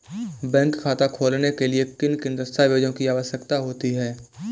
Bank खाता खोलने के लिए किन दस्तावेजों की आवश्यकता होती है?